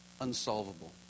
unsolvable